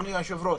אדוני היושב-ראש,